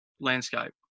landscape